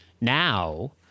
now